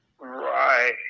Right